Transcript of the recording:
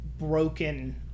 broken